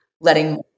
letting